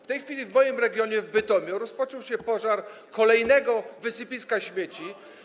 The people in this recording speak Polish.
W tej chwili w moim regionie w Bytomiu rozpoczął się pożar kolejnego wysypiska śmieci.